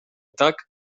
tak